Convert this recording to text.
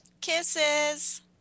Kisses